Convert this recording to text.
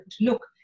look